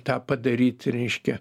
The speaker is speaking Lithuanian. tą padaryt reiškia